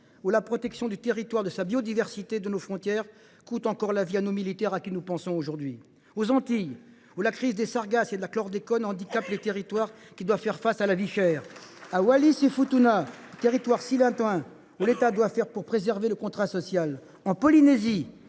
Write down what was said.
la protection du territoire, de sa biodiversité et de nos frontières coûte encore parfois la vie à nos militaires. Nous leur adressons nos pensées aujourd’hui. Aux Antilles, les crises des sargasses et du chlordécone handicapent des territoires qui doivent faire face à la vie chère. À Wallis et Futuna, territoire si lointain, l’État doit faire plus pour préserver le contrat social. La Polynésie